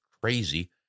crazy